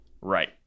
Right